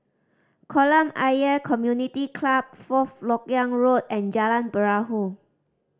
Kolam Ayer Community Club Fourth Lok Yang Road and Jalan Perahu